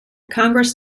congress